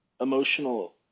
emotional